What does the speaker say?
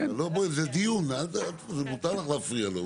זה דיון, ומותר לך להפריע לו.